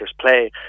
play